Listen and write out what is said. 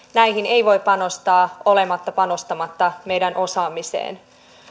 näihin ei voi panostaa panostamatta meidän osaamiseemme